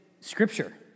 Scripture